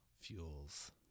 fuels